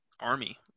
army